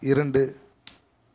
இரண்டு